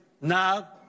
now